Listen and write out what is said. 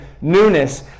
newness